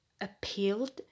appealed